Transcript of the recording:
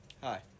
hi